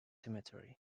cemetery